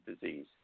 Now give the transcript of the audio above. disease